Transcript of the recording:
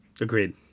Agreed